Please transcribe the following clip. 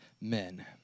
men